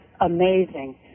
amazing